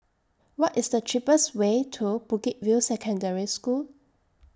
What IS The cheapest Way to Bukit View Secondary School